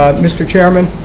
mr. chairman,